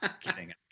kidding